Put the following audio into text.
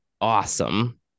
awesome